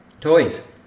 Toys